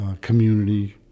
community